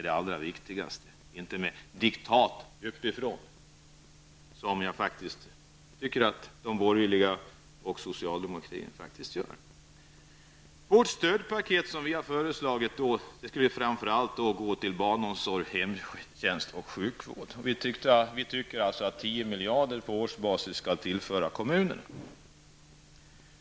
Det handlar alltså inte om diktat uppifrån, något som jag faktiskt tycker att de borgerliga och socialdemokraterna ägnar sig åt. Enligt det stödpaket som vi har föreslagit skall resurserna framför allt går till barnomsorg, hemtjänst och sjukvård. Vi tycker att 10 miljarder på årsbasis skall tillföras kommunerna.